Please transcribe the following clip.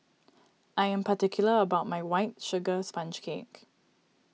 I am particular about my White Sugar Sponge Cake